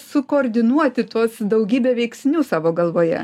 sukoordinuoti tuos daugybę veiksnių savo galvoje